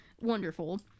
wonderful